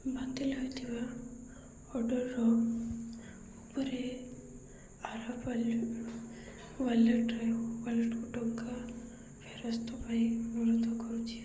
ବାତିଲ ହୋଇଥିବା ଅର୍ଡ଼ର୍ର ଉପରେ ଆରପୱ ୱାଲେଟରେ ୱାଲେଟକୁ ଟଙ୍କା ଫେରସ୍ତ ପାଇଁ ଅନୁରୋଧ କରୁଛିି